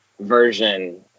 version